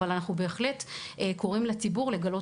אבל אנחנו בהחלט קוראים לציבור לגלות